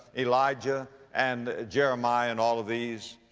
elijah and jeremiah and all of these,